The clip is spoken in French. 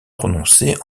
prononcées